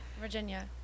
Virginia